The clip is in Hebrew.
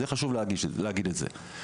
חשוב להגיד את זה.